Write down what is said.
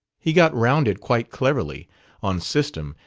he got round it quite cleverly on system,